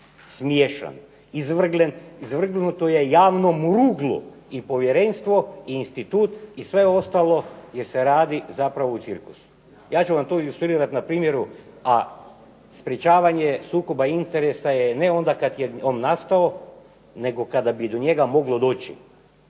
smiješan, izvrgnuto je javnom ruglu i povjerenstvo i institut i sve ostalo jer se radi zapravo o cirkusu. Ja ću vam to i ilustrirat na primjeru, a sprečavanje sukoba interesa je ne onda kad je on nastao nego kada bi do njega moglo doći.